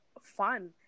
fun